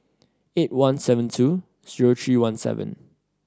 eight one seven two zero three one seven